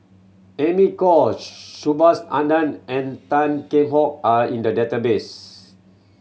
Amy Khor Subhas Anandan and Tan Kheam Hock are in the database